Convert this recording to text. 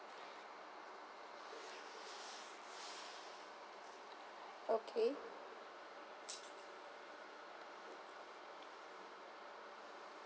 okay